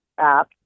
App